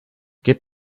get